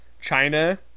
China